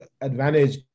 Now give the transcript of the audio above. advantage